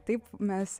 taip mes